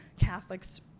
Catholics